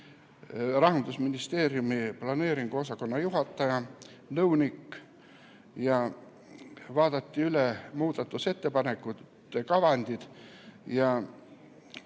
Rahandusministeeriumi planeeringute osakonna juhataja ja nõunik. Vaadati üle muudatusettepanekute kavandid.